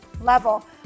level